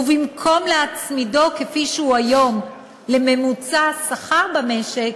ובמקום להצמידו כפי שהוא היום לממוצע השכר במשק,